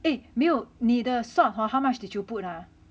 eh 没有你的 salt hor how much did you put ah